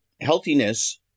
healthiness